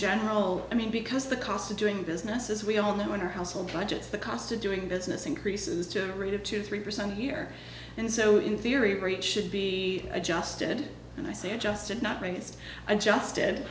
general i mean because the cost of doing business as we all know in our household budgets the cost of doing business increases to rate of two three percent a year and so in theory it should be adjusted and i say adjusted not